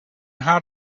how